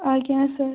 ଆଜ୍ଞା ସାର୍